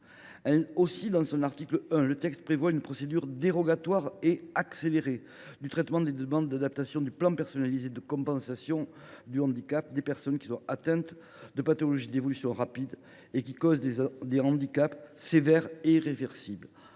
famille. Aussi, dans son article 1, le texte prévoit une procédure dérogatoire et accélérée du traitement des demandes d’adaptation du plan personnalisé de compensation du handicap des personnes atteintes de pathologies d’évolution rapide et causant des handicaps sévères et irréversibles.